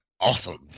awesome